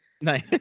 Nice